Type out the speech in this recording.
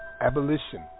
Abolition